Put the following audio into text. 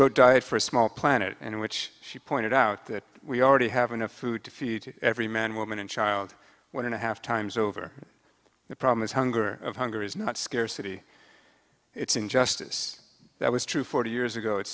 wrote diet for a small planet and in which she pointed out that we already have enough food to feed every man woman and child one and a half times over the problems hunger of hunger is not scarcity it's injustice that was true forty years ago it's